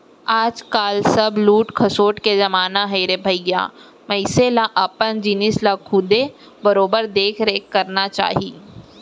आज काल सब लूट खसोट के जमाना हे रे भइया मनसे ल अपन जिनिस ल खुदे बरोबर देख रेख करना चाही